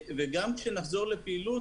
וגם כשנחזור לפעילות,